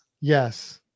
Yes